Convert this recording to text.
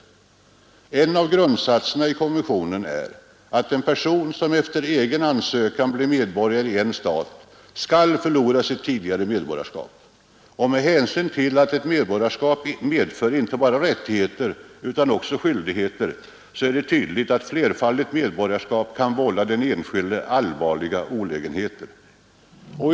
En av grundsatserna i konventionen är, att en person, som efter egen ansökan blir medborgare i en stat, skall förlora sitt tidigare medborgarskap. Med hänsyn till att ett medborgarskap medför inte bara rättigheter utan också skyldigheter är det tydligt, att flerfaldigt medborgarskap kan vålla den enskilde allvarliga olägenheter.